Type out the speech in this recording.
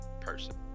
person